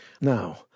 now